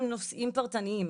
הן נושאים פרטניים,